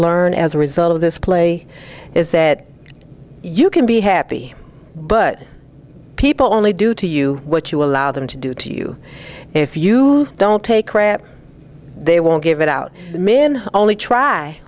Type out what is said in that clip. learn as a result of this play is that you can be happy but people only do to you what you allow them to do to you if you don't take crap they won't give it out men only try